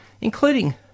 including